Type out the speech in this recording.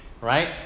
right